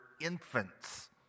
infants